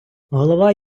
голова